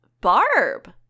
barb